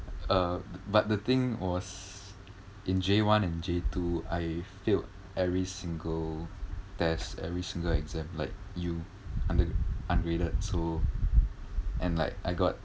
uh but the thing was in J one and J two I failed every single test every single exam like u under~ ungraded so and like I got